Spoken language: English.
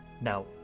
now